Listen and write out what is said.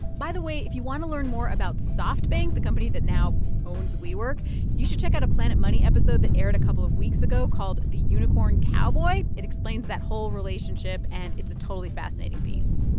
by the way, if you want to learn more about softbank, the company that now owns wework, you should check out a planet money episode that aired a couple of weeks ago called the unicorn cowboy. it explains that whole relationship, and it's a totally fascinating piece